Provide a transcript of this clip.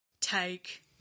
take